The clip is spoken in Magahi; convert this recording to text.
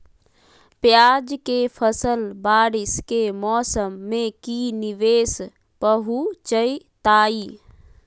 प्याज के फसल बारिस के मौसम में की निवेस पहुचैताई?